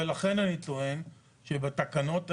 ולכן אני טוען שבתקנות האלה,